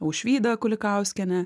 aušvydą kulikauskienę